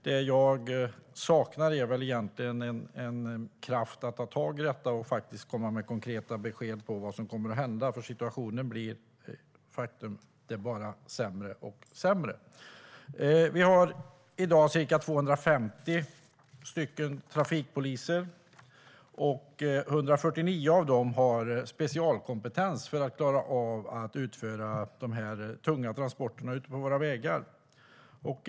Det jag saknar är egentligen en kraft att ta tag i detta och komma med konkreta besked om vad som kommer att hända, för situationen blir de facto bara sämre och sämre. Vi har i dag ca 250 trafikpoliser. 149 av dem har specialkompetens för att klara av att utföra de tunga transporterna ute på våra vägar.